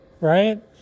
Right